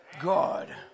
God